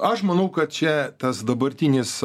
aš manau kad čia tas dabartinis